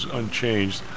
unchanged